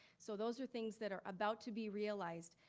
so those are things that are about to be realized,